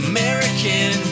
American